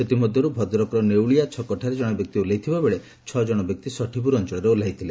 ସେଥି ମଧ୍ୟରୁ ଭଦ୍ରକର ନେଉଳିଆ ଛକ ଠାରେ ଜଣେ ବ୍ୟକ୍ତି ଓହ୍କାଇଥିବା ବେଳେ ଛଅ ଜଣ ବ୍ୟକ୍ତି ଷଠିପୁର ଅଅଳରେ ଓହ୍କୁଇଥିଲେ